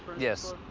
yes.